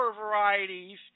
varieties